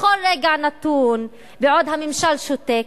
בכל רגע נתון, בעוד הממשל שותק,